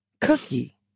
Cookie